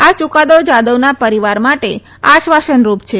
આ યૂકાદો જાધવના પરિવાર માટે આશ્વાસનરૂપ છે